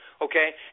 okay